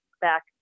back